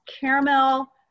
caramel